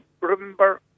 remember